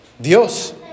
Dios